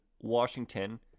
Washington